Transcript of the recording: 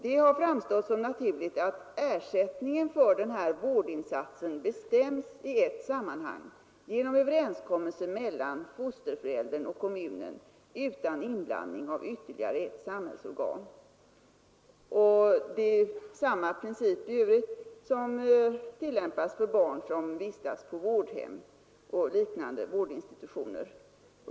Det har framstått som naturligt att ersättningen för denna vårdinsats bestäms i ett sammanhang genom överenskommelse mellan fosterföräldern och kommunen och utan inblandning av ytterligare ett samhällsorgan. Sam ma princip tillämpas för övrigt när det gäller barn som vistas på vårdhem och liknande vårdinstitutioner.